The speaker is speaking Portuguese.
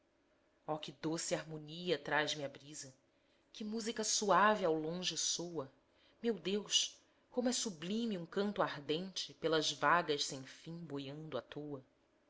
oh que doce harmonia traz me a brisa que música suave ao longe soa meu deus como é sublime um canto ardente pelas vagas sem fim boiando à toa